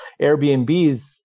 Airbnbs